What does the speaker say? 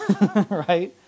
right